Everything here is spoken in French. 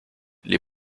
les